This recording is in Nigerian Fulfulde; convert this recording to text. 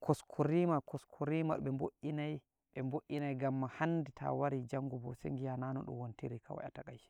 koskorima-koskorima be bo'iinai- be bo'iinai gamma hande ta wari jango bo giya nanon ɗun wontiri kawai atakaice.